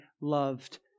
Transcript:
loved